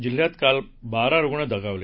जिल्ह्यात काल बारा रुग्ण दगावले